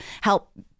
help